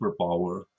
superpower